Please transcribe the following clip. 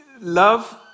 Love